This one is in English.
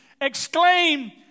exclaim